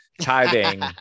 tithing